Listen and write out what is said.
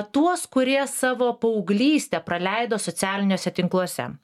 tuos kurie savo paauglystę praleido socialiniuose tinkluose